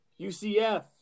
UCF